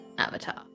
Avatar